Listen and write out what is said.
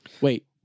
Wait